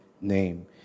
name